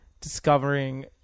discovering